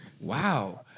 wow